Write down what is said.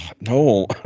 No